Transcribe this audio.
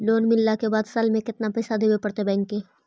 Loan मिलला के बाद साल में केतना पैसा देबे पड़तै बैक के?